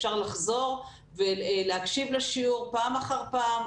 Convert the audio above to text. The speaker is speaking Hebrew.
אפשר לחזור ולהקשיב לשיעור פעם אחר פעם,